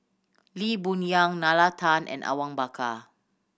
Lee Boon Yang Nalla Tan and Awang Bakar